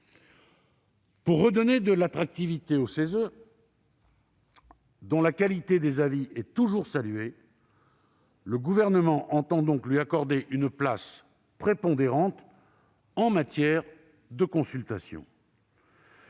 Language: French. Pour redonner de l'attractivité au CESE, dont la qualité des avis est toujours saluée, le Gouvernement entend donc lui accorder une place prépondérante en matière de consultation.